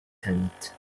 tent